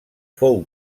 fou